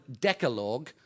Decalogue